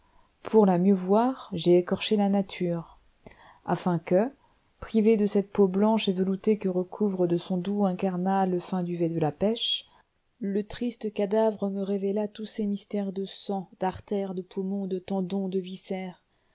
pour la mieux voir j'ai écorché la nature afin que privé de cette peau blanche et veloutée que recouvre de son doux incarnat le fin duvet de la pêche le triste cadavre me révélât tous ses mystères de sang d'artères de poumons de tendons de viscères